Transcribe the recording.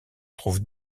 trouve